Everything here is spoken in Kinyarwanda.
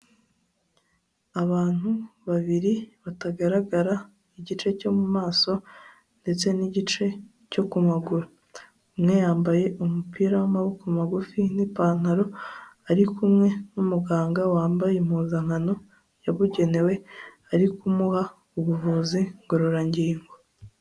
Abantu babiri batagaragara igice cyo mu maso, ndetse n'igice cyo ku maguru, umwe yambaye umupira w'amaboko magufi n'ipantaro, ari kumwe n'umuganga wambaye impuzankano yabugenewe, ari kumuha ubuvuzi ngororangingo.